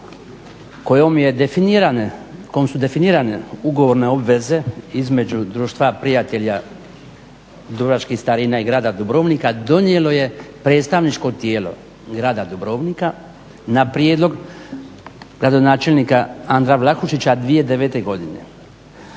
kojom su definirane ugovorne obveze između Društva prijatelja dubrovačkih starina i grada Dubrovnika donijelo je predstavničko tijelo grada Dubrovnika na prijedlog gradonačelnika Andra Vlahušića 2009. godine.